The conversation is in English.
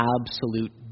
absolute